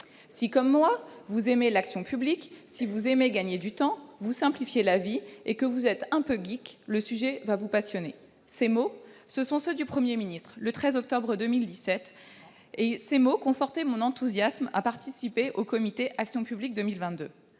Si comme moi, vous aimez l'action publique, si vous aimez gagner du temps, vous simplifier la vie et que vous êtes un peu, le sujet va vous passionner. » Ces mots, prononcés par le Premier ministre le 13 octobre 2017, confortaient mon enthousiasme de participer au Comité Action publique 2022.